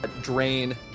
drain